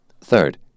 Third